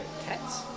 cats